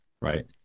right